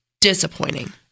disappointing